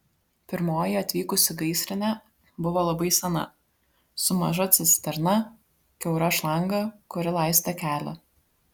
pirmoji atvykusi gaisrinė buvo labai sena su maža cisterna kiaura šlanga kuri laistė kelią